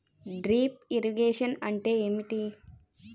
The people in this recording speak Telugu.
డ్రిప్ ఇరిగేషన్ అంటే ఏమిటి?